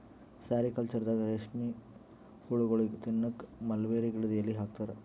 ಸೆರಿಕಲ್ಚರ್ದಾಗ ರೇಶ್ಮಿ ಹುಳಗೋಳಿಗ್ ತಿನ್ನಕ್ಕ್ ಮಲ್ಬೆರಿ ಗಿಡದ್ ಎಲಿ ಹಾಕ್ತಾರ